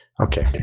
Okay